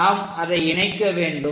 நாம் அதை இணைக்க வேண்டும்